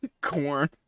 Corn